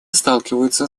сталкиваются